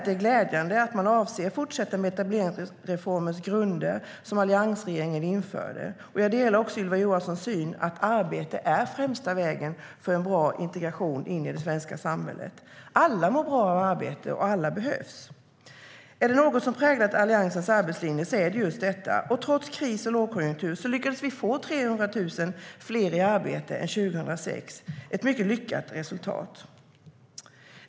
Det är glädjande att man avser att fortsätta med etableringsreformens grunder som alliansregeringen införde. Jag delar också Ylva Johanssons syn att arbete är främsta vägen för en bra integration in i det svenska samhället. Alla mår bra av arbete, och alla behövs. Är det något som har präglat Alliansens arbetslinje är det just detta. Trots kris och lågkonjunktur lyckades vi få 300 000 fler i arbete än 2006. Det är ett mycket lyckat resultat.